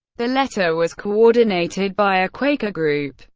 the letter was coordinated by a quaker group,